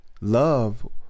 love